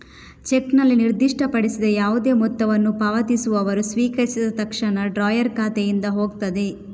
ಚೆಕ್ನಲ್ಲಿ ನಿರ್ದಿಷ್ಟಪಡಿಸಿದ ಯಾವುದೇ ಮೊತ್ತವನ್ನು ಪಾವತಿಸುವವರು ಸ್ವೀಕರಿಸಿದ ತಕ್ಷಣ ಡ್ರಾಯರ್ ಖಾತೆಯಿಂದ ಹೋಗ್ತದೆ